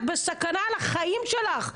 את בסכנה על החיים שלך,